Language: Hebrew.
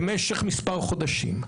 במשך מספר חודשים.